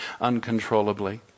uncontrollably